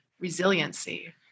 resiliency